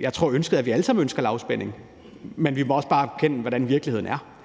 jeg tror, at vi alle sammen ønsker lavspænding, men vi må også bare erkende, hvordan virkeligheden er,